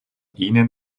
ihnen